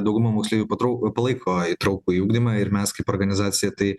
dauguma moksleivių patrau palaiko įtraukųjį ugdymą ir mes kaip organizacija tai